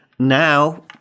Now